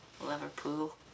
Liverpool